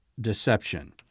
deception